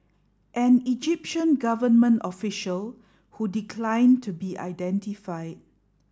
an Egyptian government official who declined to be identified